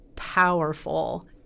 powerful